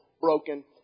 broken